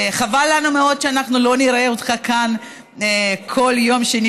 חבל לנו מאוד שאנחנו לא נראה אותך כאן כל יום שני,